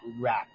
rap